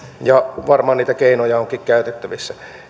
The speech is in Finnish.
ja varmaan niitä keinoja onkin käytettävissä